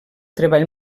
treball